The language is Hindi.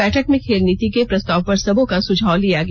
बैठक में खेल नीति के प्रस्ताव पर सबों का सुझाव लिया गया